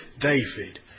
David